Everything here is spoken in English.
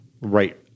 right